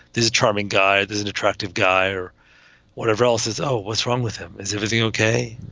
this charming guy is an attractive guy or whatever else is. oh, what's wrong with him? is everything okay?